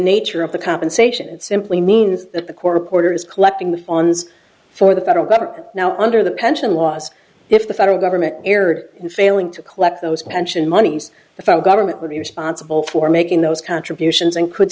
nature of the compensation it simply means that the court reporter is collecting the funds for the federal government now under the pension laws if the federal government erred in failing to collect those pension monies the file government would be responsible for making those contributions and could